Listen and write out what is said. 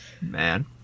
Man